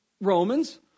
Romans